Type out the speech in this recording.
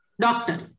doctor